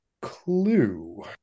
clue